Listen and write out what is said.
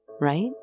Right